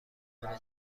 امنه